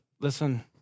listen